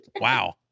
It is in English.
Wow